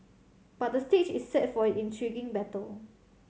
but the stage is set for intriguing battle